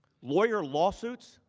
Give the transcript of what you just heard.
we are lawsuits.